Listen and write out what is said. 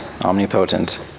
omnipotent